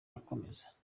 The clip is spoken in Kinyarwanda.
akomeza